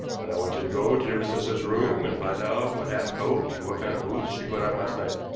but i want you to go to your mistress's room and find out what hat and coat and what kind of boots she put on last night.